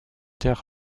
der